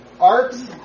arts